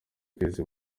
kwezi